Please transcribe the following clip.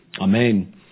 Amen